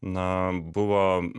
na buvo